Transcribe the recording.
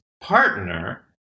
partner